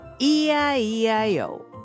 E-I-E-I-O